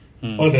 mm